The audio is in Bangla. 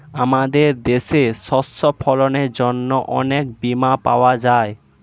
আমাদের দেশে শস্য ফসলের জন্য অনেক বীমা পাওয়া যায়